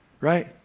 right